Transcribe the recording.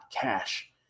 cash